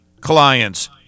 clients